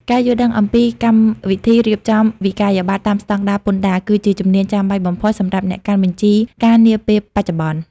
ការយល់ដឹងអំពីកម្មវិធីរៀបចំវិក្កយបត្រតាមស្តង់ដារពន្ធដារ គឺជាជំនាញចាំបាច់បំផុតសម្រាប់អ្នកកាន់បញ្ជីការនាពេលបច្ចុប្បន្ន។